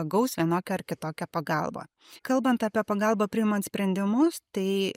gaus vienokią ar kitokią pagalbą kalbant apie pagalbą priimant sprendimus tai